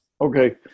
Okay